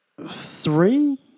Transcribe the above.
three